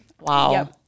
Wow